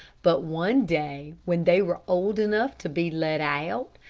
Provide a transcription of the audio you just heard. but one day when they were old enough to be let out,